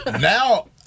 now